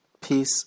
peace